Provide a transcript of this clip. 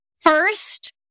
first